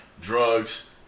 Drugs